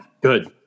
Good